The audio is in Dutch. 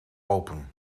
open